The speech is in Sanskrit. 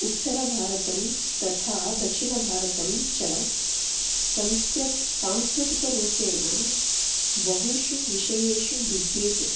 उत्तरभारतं तथा दक्षिणभारतं च सांस्कृतिक रूपेण बहुषु विषयेषु विद्येते